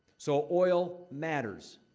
so, oil matters.